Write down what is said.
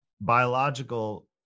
biological